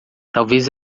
talvez